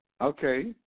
Okay